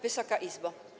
Wysoka Izbo!